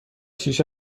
شیشه